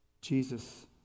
Jesus